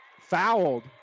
fouled